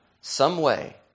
someway